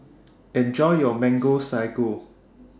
Enjoy your Mango Sago